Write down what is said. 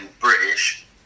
british